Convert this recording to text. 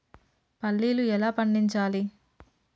పల్లీలు ఎలా పండించాలి?